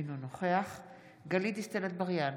אינו נוכח גלית דיסטל אטבריאן,